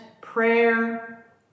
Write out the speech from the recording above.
prayer